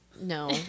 No